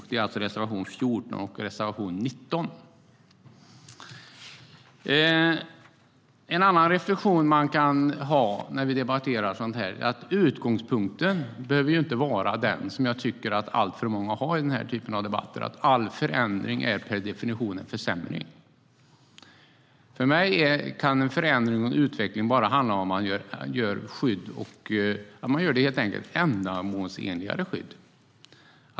Det är alltså reservation 14 och reservation 19.Utgångspunkten behöver ju inte vara den som jag tycker att alltför många har i den här typen av debatter, att all förändring innebär per definition en försämring. För mig kan förändring och utveckling bara handla om att man inför ett mer ändamålsenligt skydd.